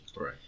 Right